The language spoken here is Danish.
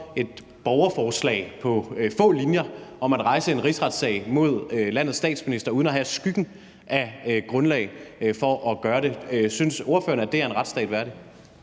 et borgerforslag på få linjer om at rejse en rigsretssag mod landets statsminister uden at have skyggen af grundlag for at gøre det. Synes ordføreren, at det er en retsstat værdigt?